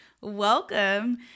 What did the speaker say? welcome